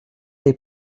des